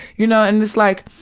y'know, and it's like,